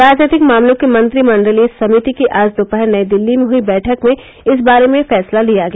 राजनीतिक मामलों की मंत्रिमंडलीय समिति की आज दोपहर नई दिल्ली में हुई बैठक में इस बारे में फैसला लिया गया